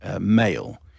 male